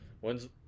when's